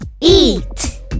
eat